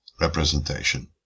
representation